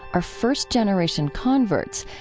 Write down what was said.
are first-generation converts,